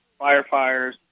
firefighters